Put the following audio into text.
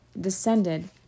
descended